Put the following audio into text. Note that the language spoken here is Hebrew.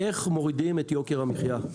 איך מורידים את יוקר המחיה.